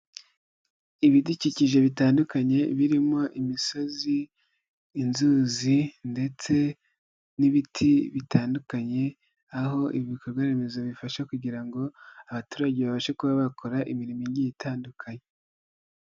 Ibidukikije bitandukanye birimo imisozi, inzuzi ndetse n'ibiti bitandukanye aho ibikorwaremezo bifasha kugira ngo abaturage babashe kuba bakora imirimo igiye itandukanye.